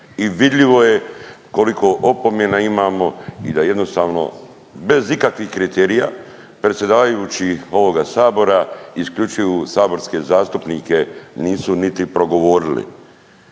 i vidljivo je koliko opomena imamo i da jednostavno bez ikakvih kriterija predsjedavajući ovoga Sabora, isključivo saborske zastupnike nisu niti progovorili.